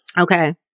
Okay